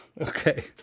okay